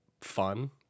fun